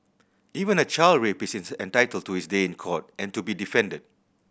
even a child rapist is entitled to his day in court and to be defended